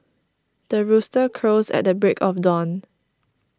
the rooster crows at the break of dawn